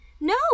No